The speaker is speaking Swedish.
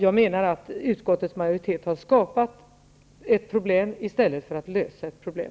Jag menar att utskottets majoritet har skapat ett problem i stället för att lösa ett problem.